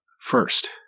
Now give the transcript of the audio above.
first